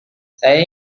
saya